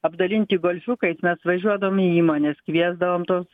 apdalinti golfiukais mes važiuodavom į įmones kviesdavom tuos